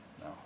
no